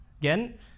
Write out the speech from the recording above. Again